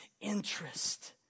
interest